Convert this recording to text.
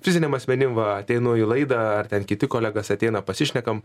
fiziniam asmenim va ateinu į laidą ar ten kiti kolegas ateina pasišnekam